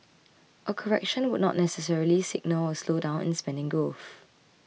a correction would not necessarily signal a slowdown in spending growth